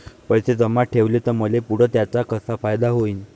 पैसे जमा ठेवले त मले पुढं त्याचा कसा फायदा होईन?